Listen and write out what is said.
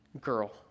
girl